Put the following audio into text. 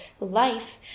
life